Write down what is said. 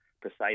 Precise